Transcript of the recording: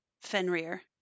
Fenrir